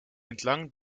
entlang